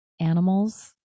animals